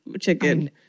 chicken